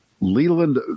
Leland